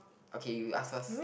okay you ask us